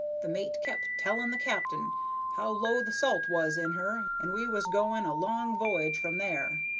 the mate kept telling the captain how low the salt was in her, and we was going a long voyage from there,